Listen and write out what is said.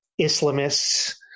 Islamists